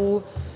u borbi